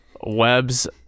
Webs